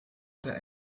oder